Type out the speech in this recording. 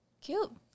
cute